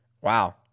Wow